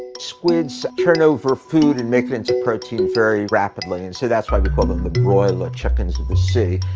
squids churn over food and make it into protein very rapidly, and so that's why we call them the broiler chickens of the sea,